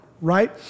right